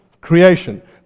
creation